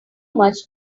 much